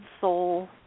soul